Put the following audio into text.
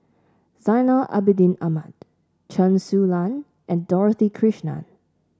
Zainal Abidin Ahmad Chen Su Lan and Dorothy Krishnan